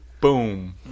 Boom